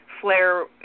flare